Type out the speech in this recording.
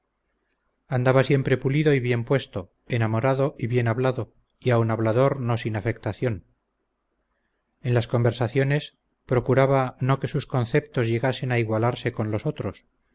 andaba siempre pulido y bien puesto enamorado y bien hablado y aun hablador no sin afectación en las conversaciones procuraba no que sus conceptos llegasen a igualarse con los otros